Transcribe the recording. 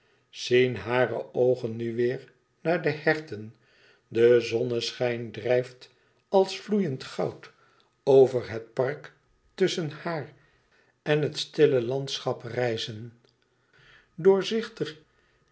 zien hare oogen nu weêr naar de herten de zonneschijn drijft als vloeiend goud over het park tusschen haar en het stille landschap rijzen doorzichtig